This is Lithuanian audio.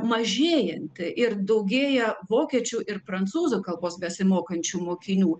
mažėjanti ir daugėja vokiečių ir prancūzų kalbos besimokančių mokinių